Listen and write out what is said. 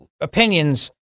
opinions